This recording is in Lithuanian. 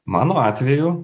mano atveju